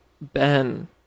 Ben